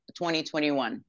2021